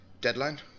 deadline